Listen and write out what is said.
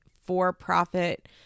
for-profit